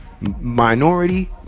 minority